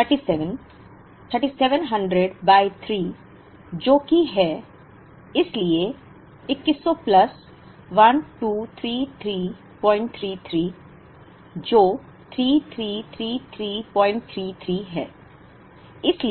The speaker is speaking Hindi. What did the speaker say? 37 3700 बाय 3 जो कि है इसलिए 2100 प्लस 123333 जो 333333 है